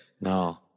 No